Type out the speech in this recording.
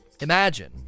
Imagine